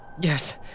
Yes